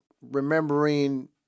remembering